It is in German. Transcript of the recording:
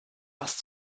was